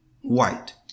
white